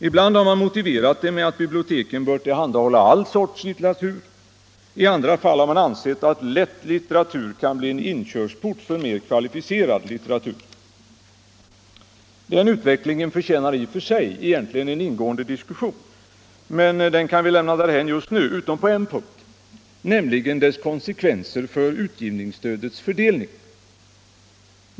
Ibland har man motiverat det med att biblioteken bör tillhandahålla all sorts litteratur, i andra fall har man ansett att ”lätt” litteratur kan bli en inkörsport till mer kvalificerad litteratur. Denna utveckling förtjänar i och för sig egentligen en ingående diskussion, men den kan vi lämna därhän just nu, utom på en punkt, nämligen dess konsekvenser för utgivningsstödets fördelning.